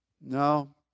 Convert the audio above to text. No